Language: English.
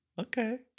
Okay